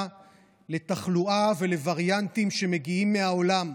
לתחלואה ולווריאנטים שמגיעים מהעולם.